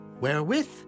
Wherewith